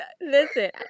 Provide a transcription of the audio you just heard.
Listen